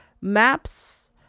maps